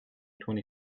twenty